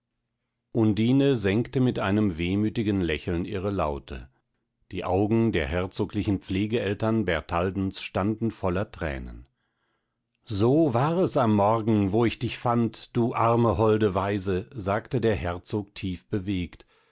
undine senkte mit einem wehmütigen lächeln ihre laute die augen der herzoglichen pflegeeltern bertaldens standen voller tränen so war es am morgen wo ich dich fand du arme holde waise sagte der herzog tief bewegt